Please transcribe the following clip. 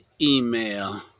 email